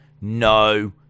no